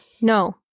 No